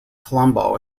colombo